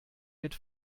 mit